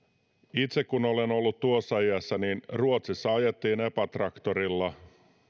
itse kun olen ollut tuossa iässä niin ruotsissa ajettiin epa traktorilla